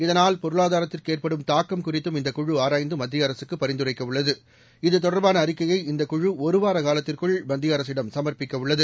இதனால் பொருளாதாரத்திற்குஏற்படும் தூக்கம் குறித்தும் இந்த குழு ஆராய்ந்துமத்தியஅரசுக்குபரிந்துரைக்கவுள்ளது இது தொடர்பானஅறிக்கையை இந்த குழு ஒருவாரகாலத்திற்குள் மத்தியஅரசிடம் சுமாப்பிக்கவுள்ளது